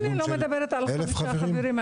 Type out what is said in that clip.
אני לא מדברת על חמישה חברים.